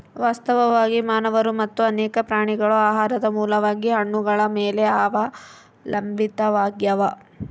ವಾಸ್ತವವಾಗಿ ಮಾನವರು ಮತ್ತು ಅನೇಕ ಪ್ರಾಣಿಗಳು ಆಹಾರದ ಮೂಲವಾಗಿ ಹಣ್ಣುಗಳ ಮೇಲೆ ಅವಲಂಬಿತಾವಾಗ್ಯಾವ